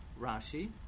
Rashi